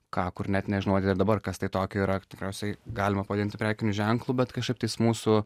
ką kur net nežinau ar ir dabar kas tai tokio yra tikriausiai galima pavadinti prekiniu ženklu bet kažkaip tais mūsų